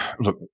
look